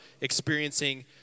experiencing